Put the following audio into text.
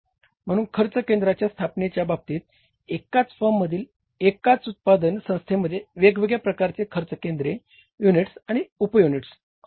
म्हणून खर्च केंद्रांच्या स्थापनेच्या बाबतीत एकाच फर्ममध्ये एकाच उत्पादन संस्थेमध्ये वेगवेगळ्या प्रकारचे खर्च केंद्रे युनिट्स आणि उप युनिट्स असू शकतात